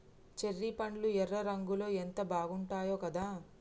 cherry పండ్లు ఎర్ర రంగులో ఎంత బాగుంటాయో కదా